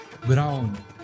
brown